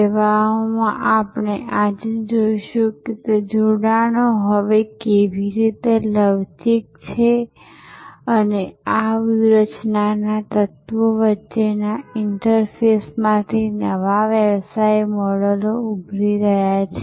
સેવાઓમાં આપણે આજે જોઈશું કે તે જોડાણો હવે કેવી રીતે લવચીક છે અને આ વ્યૂહરચના તત્વો વચ્ચેના ઇન્ટરફેસમાંથી નવા વ્યવસાય મોડલ ઉભરી રહ્યાં છે